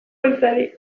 beltzari